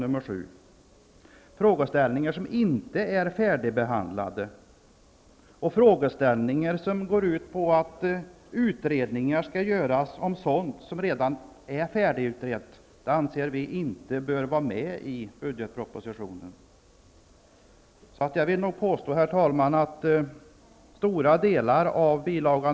Vi anser att frågeställningar som inte är färdigbehandlade eller att förslag till utredningar om sådant som redan är färdigutrett inte bör tas med i budgetpropositionen. Herr talman! Jag vill påstå att stora delar av bil.